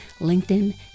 LinkedIn